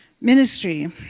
ministry